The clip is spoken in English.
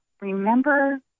remember